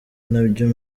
nabyo